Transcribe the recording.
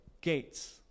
gates